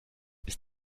ist